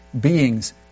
beings